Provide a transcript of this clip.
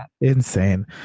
Insane